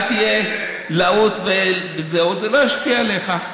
אל תהיה להוט, זה לא ישפיע עליך.